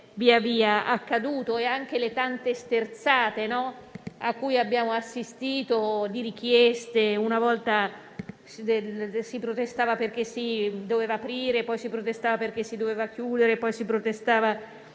via via accaduto e le tante sterzate e richieste a cui abbiamo assistito. Una volta si protestava perché si doveva aprire; poi si protestava perché si doveva chiudere; poi si protestava